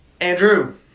Andrew